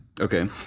Okay